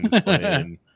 playing